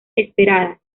esperada